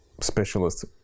specialist